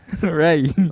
Right